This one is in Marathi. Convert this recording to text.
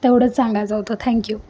तेवढंच सांगायचं होत थँक्यू